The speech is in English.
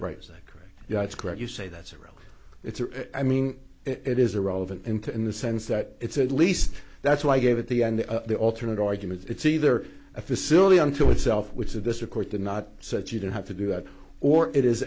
right is that correct yeah that's correct you say that's a real it's a i mean it is irrelevant enter in the sense that it's at least that's why i gave at the end of the alternate argument it's either a facility unto itself which the district court the not so that you don't have to do that or it is